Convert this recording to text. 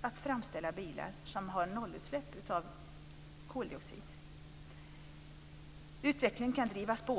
att framställa bilar som har nollutsläpp av koldioxid. Utvecklingen kan drivas på.